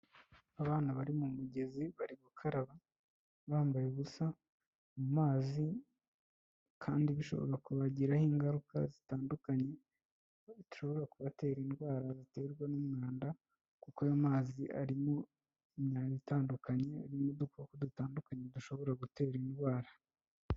Abana bari mu mugezi bari gukaraba bambaye ubusa mu mazi kandi bishobora kubagiraho ingaruka zitandukanye, zishobora kubatera indwara ziterwa n'umwanda kuko ayo mazi arimo imyanda itandukanye, arimo n'udukoko dutandukanye dushobora gutera indwara.